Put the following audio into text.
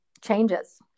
changes